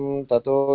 Tato